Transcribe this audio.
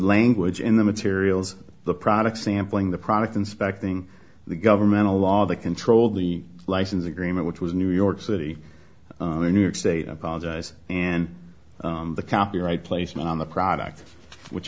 language in the materials the product sampling the product inspecting the governmental law the control the license agreement which was new york city or new york state apologize and the copyright placement on the product which